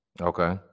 Okay